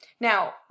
Now